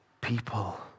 people